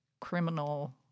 criminal